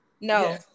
No